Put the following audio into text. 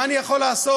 מה אני יכול לעשות?